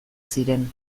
ziren